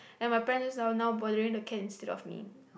and my friend just now now bothering the cat instead of me